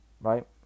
right